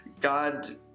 God